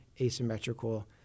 asymmetrical